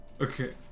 Okay